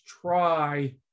try